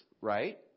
right